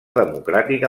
democràtica